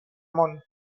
món